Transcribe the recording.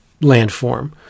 landform